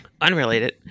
Unrelated